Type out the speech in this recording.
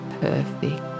Perfect